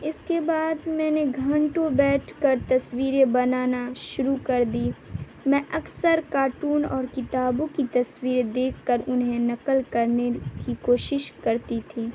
اس کے بعد میں نے گھنٹوں بیٹھ کر تصویریں بنانا شروع کر دی میں اکثر کارٹون اور کتابوں کی تصویریں دیکھ کر انہیں نقل کرنے کی کوشش کرتی تھی